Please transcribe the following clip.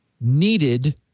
needed